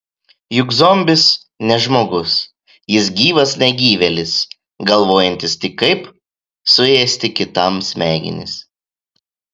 juk zombis ne žmogus jis gyvas negyvėlis galvojantis tik kaip suėsti kitam smegenis